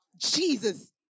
Jesus